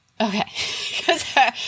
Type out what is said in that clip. Okay